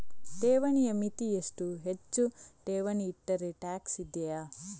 ಠೇವಣಿಯ ಮಿತಿ ಎಷ್ಟು, ಹೆಚ್ಚು ಠೇವಣಿ ಇಟ್ಟರೆ ಟ್ಯಾಕ್ಸ್ ಇದೆಯಾ?